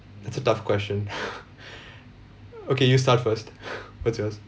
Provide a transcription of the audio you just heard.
that's a tough question okay you start first what's yours